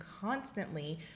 constantly